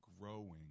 growing